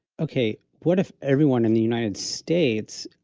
okay, what if everyone in the united states,